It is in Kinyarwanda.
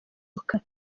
okapi